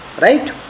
right